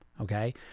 Okay